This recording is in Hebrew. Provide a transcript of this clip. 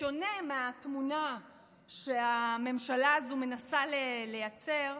בשונה מהתמונה שהממשלה הזו מנסה לייצר,